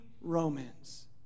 Romans